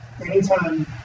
anytime